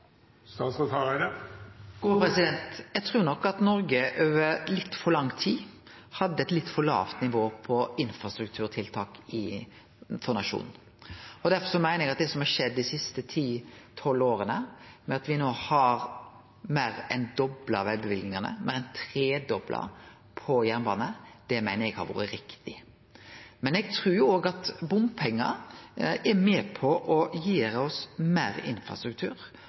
over litt for lang tid hadde eit litt for lavt nivå på infrastrukturtiltak for nasjonen. Derfor meiner eg at det som har skjedd dei siste 10–12 åra, med at me no har meir enn dobla vegløyvingane og meir enn tredobla det for jernbane, har vore riktig. Eg trur òg at bompengar er med på å gi oss meir infrastruktur,